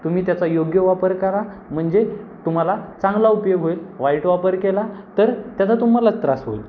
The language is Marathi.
तुम्ही त्याचा योग्य वापर करा म्हणजे तुम्हाला चांगला उपयोग होईल वाईट वापर केला तर त्याचा तुम्हालाच त्रास होईल